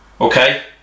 Okay